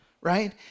right